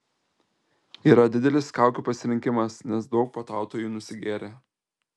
yra didelis kaukių pasirinkimas nes daug puotautojų nusigėrė